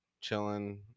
chilling